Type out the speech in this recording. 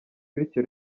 bityo